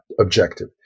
objective